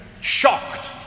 Shocked